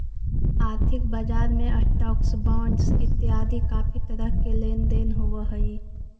आर्थिक बजार में स्टॉक्स, बॉंडस इतियादी काफी तरह के लेन देन होव हई